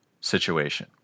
situation